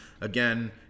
Again